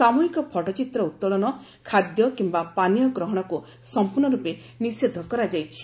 ସାମୁହିକ ଫଟୋଚିତ୍ର ଉତ୍ତୋଳନ ଖାଦ୍ୟ କିୟା ପାନୀୟ ଗ୍ରହଣକୁ ସମ୍ପର୍ଷ ରୂପେ ନିଷେଧ କରାଯାଇଛି